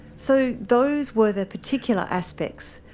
so those were the particular aspects.